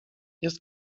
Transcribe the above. jest